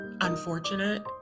unfortunate